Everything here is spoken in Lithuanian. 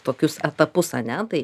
tokius etapus ane tai